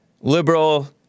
liberal